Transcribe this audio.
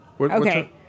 Okay